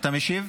אתה משיב?